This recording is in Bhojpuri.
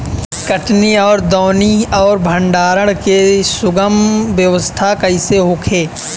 कटनी और दौनी और भंडारण के सुगम व्यवस्था कईसे होखे?